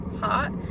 hot